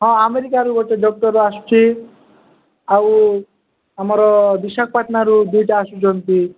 ହଁ ଆମେରିକାରୁ ଗୋଟେ ଡକ୍ଟର ଆସୁଛିି ଆଉ ଆମର ବିଶାଖପାଟନାରୁ ଦୁଇଟା ଆସୁଛନ୍ତି